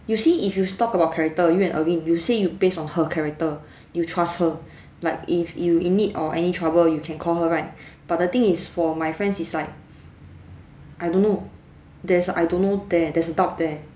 you see if you talk about character you and erin you say you based on her character you trust her like if you in need or any trouble you can call her right but the thing is for my friends is like I don't know there's a I don't know there there's doubt there